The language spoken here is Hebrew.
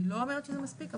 אני לא אומרת שזה מספיק,